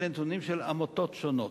אלה נתונים של עמותות שונות.